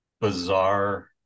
bizarre